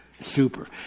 super